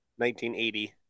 1980